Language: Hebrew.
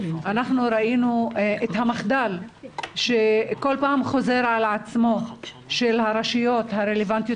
אנחנו ראינו את המחדל שכל פעם חוזר על עצמו של הרשויות הרלוונטיות